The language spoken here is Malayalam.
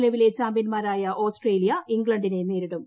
നിലവിലെ ചാമ്പ്യൻമാരായ ഓസ്ട്രേലിയ ഇംഗ്ലണ്ടിനെ നേരിടും